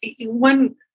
one